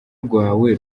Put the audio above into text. rwawe